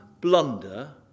blunder